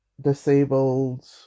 disabled